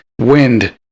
wind